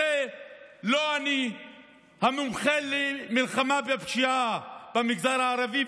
הרי לא אני המומחה למלחמה בפשיעה במגזר הערבי,